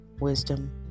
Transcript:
wisdom